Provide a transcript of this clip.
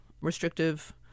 restrictive